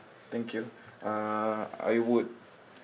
thank you uh I would